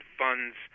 funds